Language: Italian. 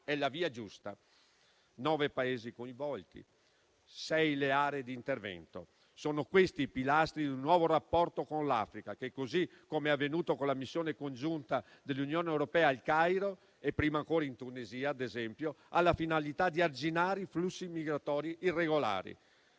è la via giusta. Nove i Paesi coinvolti, sei le aree di intervento: sono questi i pilastri di un nuovo rapporto con l'Africa che - così come è avvenuto con la missione congiunta dell'Unione europea al Cairo e prima ancora in Tunisia, ad esempio - ha la finalità di arginare i flussi migratori irregolari.